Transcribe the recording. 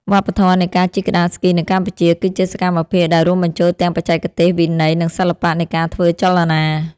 វប្បធម៌នៃការជិះក្ដារស្គីនៅកម្ពុជា គឺជាសកម្មភាពដែលរួមបញ្ចូលទាំងបច្ចេកទេស វិន័យ និងសិល្បៈនៃការធ្វើចលនា។